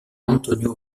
antonio